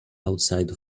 outside